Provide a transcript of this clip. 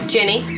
Jenny